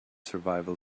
survival